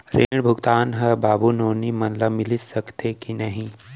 ऋण भुगतान ह बाबू नोनी मन ला मिलिस सकथे की नहीं?